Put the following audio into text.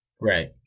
Right